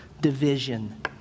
division